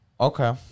okay